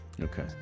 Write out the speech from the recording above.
Okay